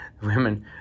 women